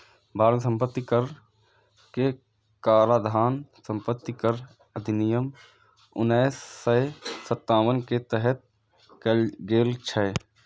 भारत मे संपत्ति कर के काराधान संपत्ति कर अधिनियम उन्नैस सय सत्तावन के तहत कैल गेल छै